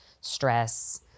stress